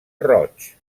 roig